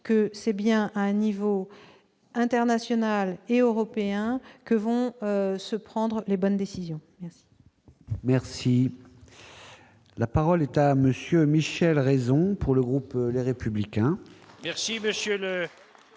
que c'est bien à un niveau international et européen que doivent se prendre les bonnes décisions. La parole est à M. Michel Raison, pour le groupe Les Républicains.